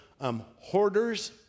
Hoarders